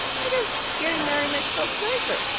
i guess getting married makes folks nicer.